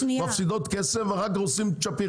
מפסידות כסף ואחר כך עושים צ'פיחס.